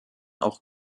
auch